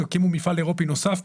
יקימו מפעל אירופי נוסף,